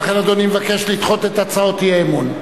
ולכן אדוני מבקש לדחות את הצעות האי-אמון.